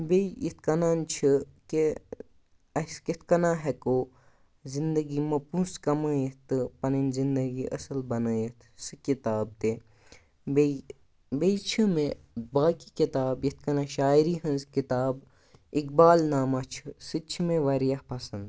بیٚیہِ یِتھٕ کَنۍ چھِ کہِ اَسہِ کِتھٕ کَنۍ ہٮ۪کو زِنٛدگی م پۅنٛسہٕ کَمٲوِتھ تہٕ پَنٕنۍ زِنٛدگی اَصٕل بَنٲوِتھ سُہ کِتاب تہِ بیٚیہِ بیٚیہِ چھِ مےٚ باقٕے کِتاب یِتھ کَنۍ شاعری ہٕنٛز کِتاب اِقبال نامہ چھُ سُہ تہِ چھِ مےٚ واریاہ پَسنٛد